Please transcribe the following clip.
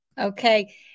Okay